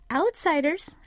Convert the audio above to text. outsiders